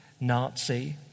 Nazi